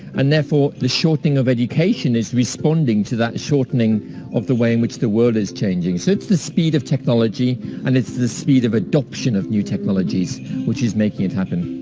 and, therefore, the shortening of education is responding to that shortening of the way in which the world is changing. so, it's the speed of technology and it's the speed of adoption of new technology which is making it happen.